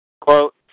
Quote